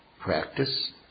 practice